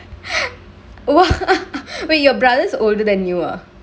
!wah! wait your brother's older than you ah